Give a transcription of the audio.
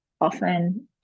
Often